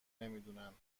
نمیدونند